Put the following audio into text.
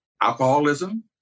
alcoholism